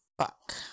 Fuck